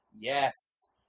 Yes